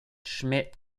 schmitt